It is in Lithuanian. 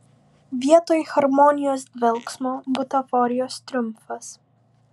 vietoj harmonijos dvelksmo butaforijos triumfas